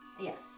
Yes